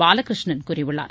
பாலகிருஷ்ணன் கூறியுள்ளார்